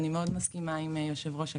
אני מאוד מסכימה עם יושב-ראש הכנסת,